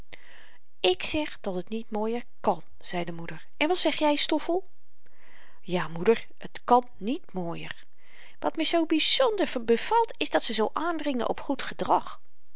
ik zeg dat het niet mooier kàn zei de moeder en wat zeg jy stoffel ja moeder t kan niet mooier wat me zoo byzonder bevalt is dat ze zoo aandringen op goed gedrag